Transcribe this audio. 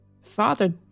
Father